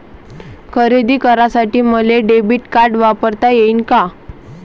खरेदी करासाठी मले डेबिट कार्ड वापरता येईन का?